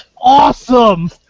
awesome